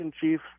chief